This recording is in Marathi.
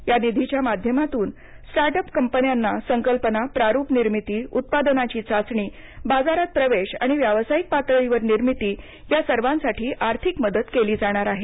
या निधीच्य माध्यमातून स्टार्ट अप कंपन्यांना संकल्पना प्रारूप निर्मिती उत्पादनाची चाचणी बाजारात प्रवेश आणि व्यावसायिक पातळीवर निर्मिती या सर्वांसाठी आर्थिक मदत केली जाणार आहे